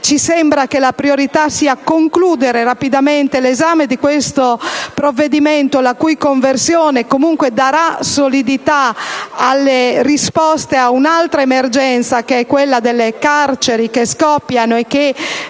Ci sembra che la priorità sia di concludere rapidamente l'esame del provvedimento in titolo, la cui conversione comunque darà solidità alle risposte a un'altra emergenza, quella delle carceri che scoppiano e che